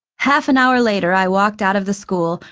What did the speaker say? half an hour later i walked out of the school,